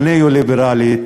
הניאו-ליברלית,